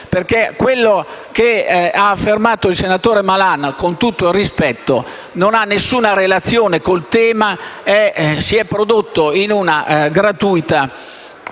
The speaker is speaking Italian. perché quello che ha affermato il senatore Malan, con tutto il rispetto, non ha alcuna relazione con il tema: si è prodotto in una gratuita